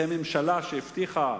זאת ממשלה שהבטיחה